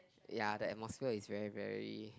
ya the atmosphere is very very